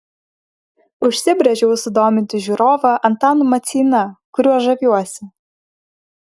užsibrėžiau sudominti žiūrovą antanu maceina kuriuo žaviuosi